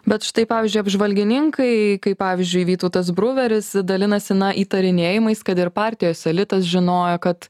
bet štai pavyzdžiui apžvalgininkai kaip pavyzdžiui vytautas bruveris dalinasi na įtarinėjimais kad ir partijos elitas žinojo kad